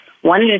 one